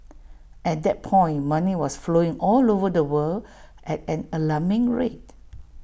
at that point money was flowing all over the world at an alarming rate